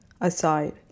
aside